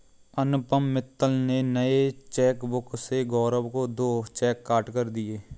अनुपम मित्तल ने नए चेकबुक से गौरव को दो चेक काटकर दिया